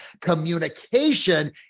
Communication